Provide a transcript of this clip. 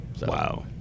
Wow